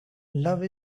love